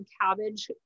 cabbage